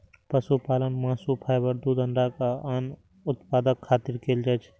पशुपालन मासु, फाइबर, दूध, अंडा आ आन उत्पादक खातिर कैल जाइ छै